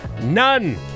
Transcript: none